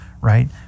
right